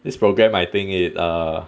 this program I think it err